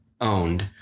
owned